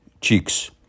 cheeks